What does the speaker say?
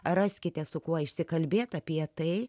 raskite su kuo išsikalbėti apie tai